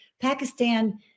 Pakistan